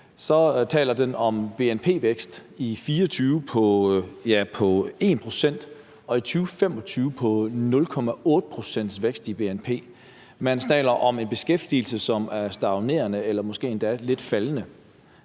den taler om en bnp-vækst i 2024 på 1 pct. og en vækst i bnp i 2025 på 0,8 pct. Man taler om en beskæftigelse, som er stagnerende eller måske endda lidt faldende.